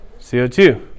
CO2